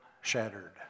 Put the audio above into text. shattered